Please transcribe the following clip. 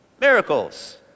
Miracles